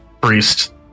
priest